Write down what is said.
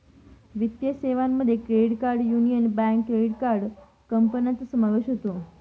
वित्तीय सेवांमध्ये credit card union bank credit card कंपन्यांचा समावेश होतो